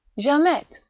jamette,